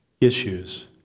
issues